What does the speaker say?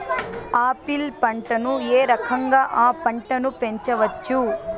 Apple పంటను ఏ రకంగా అ పంట ను పెంచవచ్చు?